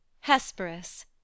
Hesperus